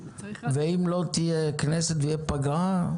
אם לא תהיה כנסת ותהיה פגרה,